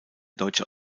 deutscher